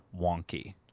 wonky